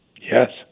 Yes